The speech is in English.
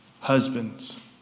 Husbands